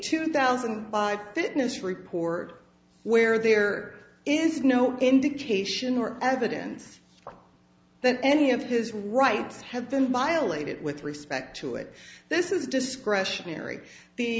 two thousand and five fitness report where there is no indication or evidence that any of his rights have been violated with respect to it this is discretionary